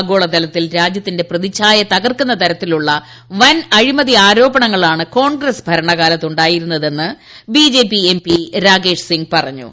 ആഗോളതലത്തിൽ രാജ്യത്തിന്റെ പ്രതിച്ഛായ തകർക്കുന്ന തരത്തിലുള്ള വൻ അഴിമതി ആരോപണങ്ങളാണ് കോൺഗ്രസ് ഭരണകാലത്ത് ഉ ായിരുന്നതെന്ന് B J P M P Rakesh Singh പറഞ്ഞു